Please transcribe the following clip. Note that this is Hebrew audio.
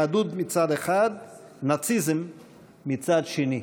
יהדות מצד אחד, נאציזם מצד שני.